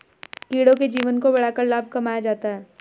कीड़ों के जीवन को बढ़ाकर लाभ कमाया जाता है